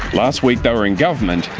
last week they were in government,